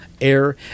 air